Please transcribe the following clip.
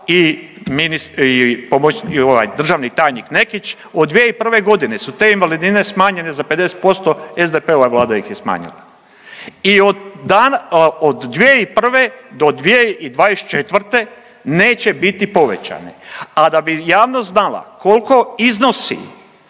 državni tajnik Nekić, od 2001.g. su te invalidnine smanjene za 50%, SDP-ova Vlada ih je smanjila. I od dana…, od 2001. do 2024. neće biti povećane, a da bi javnost znala kolko iznosi